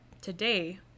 today